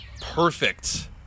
perfect